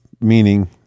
meaning